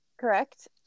Correct